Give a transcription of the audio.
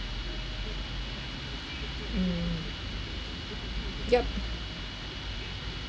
mm yup